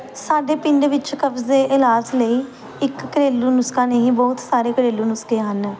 ਸਾਡੇ ਪਿੰਡ ਵਿੱਚ ਕਬਜ਼ ਦੇ ਇਲਾਜ ਲਈ ਇੱਕ ਘਰੇਲੂ ਨੁਸਖਾ ਨਹੀਂ ਬਹੁਤ ਸਾਰੇ ਘਰੇਲੂ ਨੁਸਖੇ ਹਨ